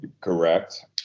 Correct